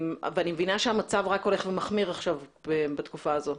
אבל אני מבינה שהמצב רק הולך ומחמיר עכשיו בתקופה הזו.